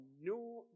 no